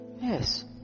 Yes